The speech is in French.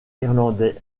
irlandais